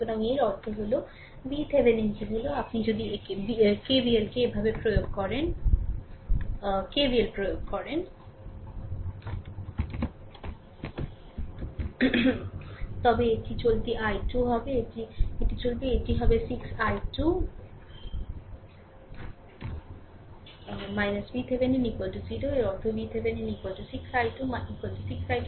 সুতরাং এর অর্থ হল VTheveninটি হল যদি আপনি KVLকে এভাবে প্রয়োগ করেন তবে এটি চলতি i2 হবে এটি চলবে এটি হবে 6 i2 VThevenin 0 এর অর্থ VThevenin 6 i2 6 i2